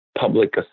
public